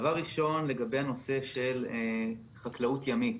דבר ראשון לגבי הנושא של חקלאות ימית.